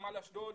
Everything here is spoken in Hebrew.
לנמל אשדוד.